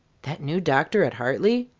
that new doctor at hartley?